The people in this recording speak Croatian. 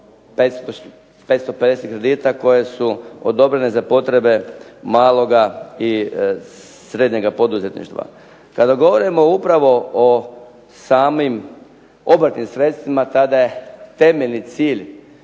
550 kredita koje su odobrene za potrebe maloga i srednjega poduzetništva. Kada govorimo upravo o samim obrtnim sredstvima, tada je temeljni cilj